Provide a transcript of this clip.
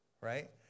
right